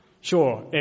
Sure